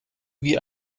wie